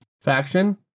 Faction